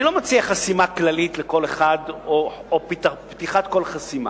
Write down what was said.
אני לא מציע חסימה כללית לכל אחד או פתיחת כל חסימה.